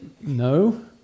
No